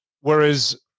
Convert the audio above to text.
whereas